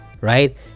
right